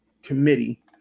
Committee